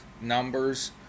numbers